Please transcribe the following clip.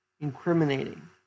Incriminating